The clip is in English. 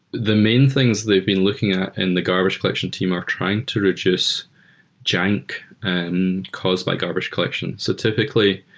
the main things they've been looking at in the garbage collection team are trying to reduce junk caused by garbage collection. so typically,